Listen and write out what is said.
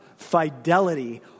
fidelity